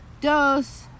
Dos